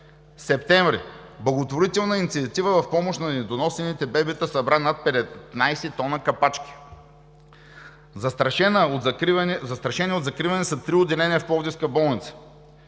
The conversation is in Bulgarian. септември: „Благотворителна инициатива в помощ на недоносените бебета събра над 15 тона капачки“; „Застрашени от закриване са три отделения в пловдивска болница“;